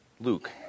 Luke